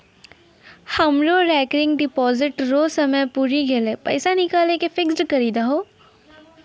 हमरो recurring deposit रो समय पुरी गेलै पैसा निकालि के फिक्स्ड करी दहो